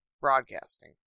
broadcasting